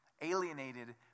alienated